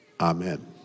Amen